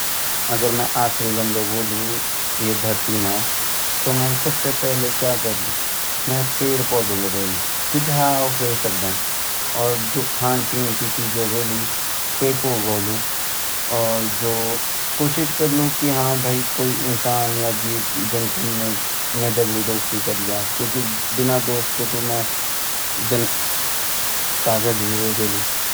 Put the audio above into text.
अगरमैं आखरी बंदा वोलु ये धरती मा तो मैन सबसे पहली क्या कन मैं पैड पौधा लगोलू जित्थ्या वे सक्दैन अर जू खांड पेंड की चीज़ ववोली वेते ऊगोलू अर कोशिश करलु की हाँ भाई कोई इंसान जीव जंतु मेरा दगडी दोस्ती कर लया क्युकी बिना दोस्तो ता मैं पागल ही वे जोलु।